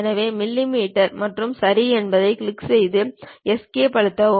எனவே மில்லிமீட்டர் மற்றும் சரி என்பதைக் கிளிக் செய்து எஸ்கேப் அழுத்தவும்